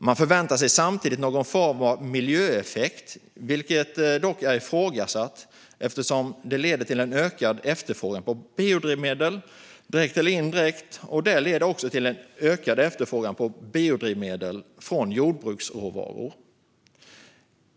Man förväntar sig samtidigt någon form av miljöeffekt, vilket dock är ifrågasatt eftersom den leder till ökad efterfrågan på biodrivmedel, direkt eller indirekt, och den leder också till ökad efterfrågan på biodrivmedel från jordbruksråvaror.